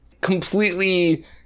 completely